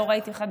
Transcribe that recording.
לא ראיתי חדשות,